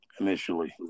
Initially